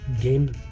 game